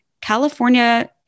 California